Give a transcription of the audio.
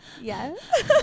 Yes